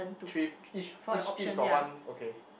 three each each each got one okay